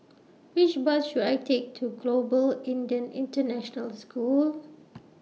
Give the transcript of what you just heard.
Which Bus should I Take to Global Indian International School